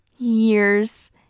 years